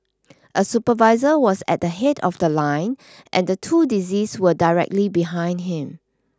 a supervisor was at the head of the line and the two deceased were directly behind him